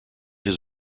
his